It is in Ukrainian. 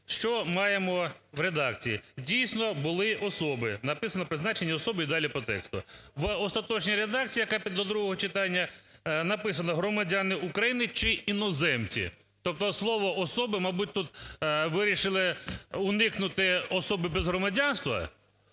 Що маємо в редакції? Дійсно, були особи, написано "призначені особи…" і далі по тексту. В остаточній редакції, яка йде до другого читання, написано "громадяни України чи іноземці". Тобто слово "особи", мабуть, тут вирішили, уникнути особи без громадянства